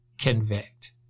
convict